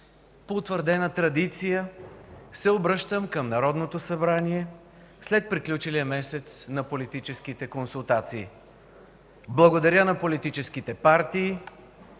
По утвърдена традиция се обръщам към Народното събрание след приключилия месец на политическите консултации. Благодаря на политическите партии,